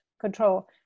control